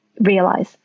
realize